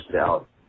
out